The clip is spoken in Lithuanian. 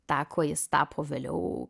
tą kuo jis tapo vėliau